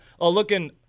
looking